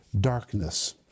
darkness